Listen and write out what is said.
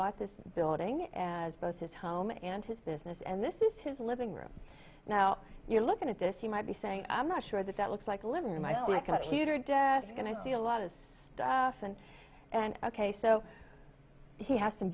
bought this building as both his home and his business and this is his living room now you're looking at this you might be saying i'm not sure that that looks like a living room i don't like a heater desk and i see a lot of stuff and and ok so he had some